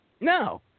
No